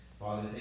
Father